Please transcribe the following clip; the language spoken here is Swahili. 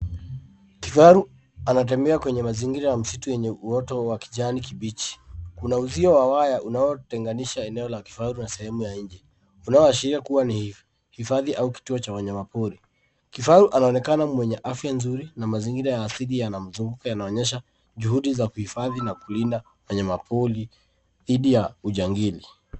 Kifaru anatembea kwenye mazingira ya msitu kwenye uoto wa kijani kibichi kuna uzio wa waya unao tenganisha eneo la kifaru na sehemu ya nje unaoashiria kuwa ni hifadhi au kituo cha wanyama pori. Kifaru anaonekana mwenye afya nzuri na mazingira ya asili yanayomzunguka yanaonyesha juhudi za kuhifadhi na kulinda wanyama pori dhidi ya ujangili.